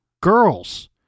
girls